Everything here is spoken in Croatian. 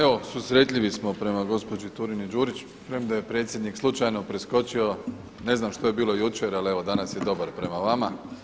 Evo susretljivi smo prema gospođi Turini Đurić, premda je predsjednik slučajno preskočio ne znam što je bilo jučer, ali evo danas je dobar prema vama.